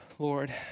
Lord